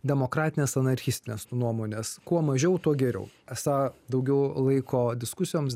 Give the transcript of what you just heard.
demokratinės anarchistinės nuomonės kuo mažiau tuo geriau esą daugiau laiko diskusijoms